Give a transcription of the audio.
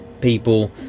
people